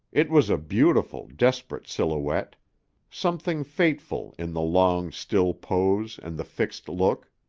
it was a beautiful, desperate silhouette something fateful in the long, still pose and the fixed look.